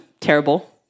terrible